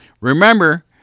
Remember